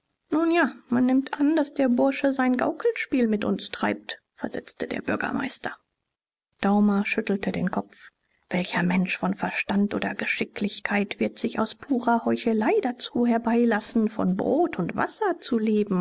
nun ja man nimmt an daß der bursche sein gaukelspiel mit uns treibt versetzte der bürgermeister daumer schüttelte den kopf welcher mensch von verstand oder geschicklichkeit wird sich aus purer heuchelei dazu herbeilassen von brot und wasser zu leben